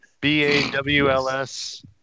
B-A-W-L-S